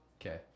okay